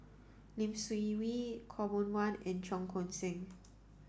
Lee Seng Wee Khaw Boon Wan and Cheong Koon Seng